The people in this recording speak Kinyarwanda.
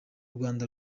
rwanda